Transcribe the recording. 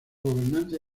gobernante